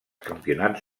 campionats